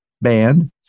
Band